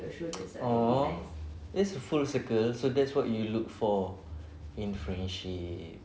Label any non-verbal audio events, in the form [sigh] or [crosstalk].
[noise] !aww! that's a full circle so that's what you look for in friendship